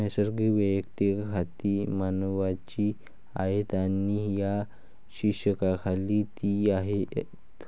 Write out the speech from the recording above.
नैसर्गिक वैयक्तिक खाती मानवांची आहेत आणि या शीर्षकाखाली ती आहेत